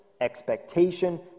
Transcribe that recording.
expectation